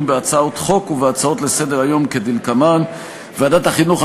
בהצעות חוק והצעות לסדר-היום כדלקמן: ועדת החינוך,